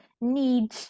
need